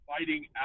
fighting